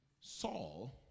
Saul